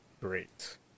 great